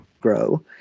grow